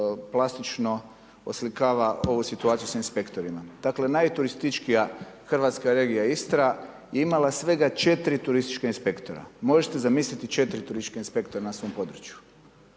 plastično oslikava ovu situaciju sa inspektorima. Dakle, najturističkija hrvatska regija Istra je imala svega 4 turistička inspektora. Možete zamisliti, 4 turistička inspektora na svom području?